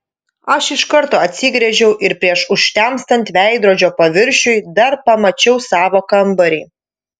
aš iš karto atsigręžiau ir prieš užtemstant veidrodžio paviršiui dar pamačiau savo kambarį